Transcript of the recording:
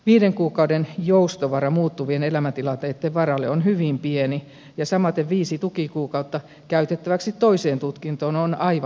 viiden kuukauden joustovara muuttuvien elämäntilanteitten varalle on hyvin pieni ja samaten viisi tukikuukautta käytettäväksi toiseen tutkintoon on aivan olematon